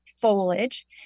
foliage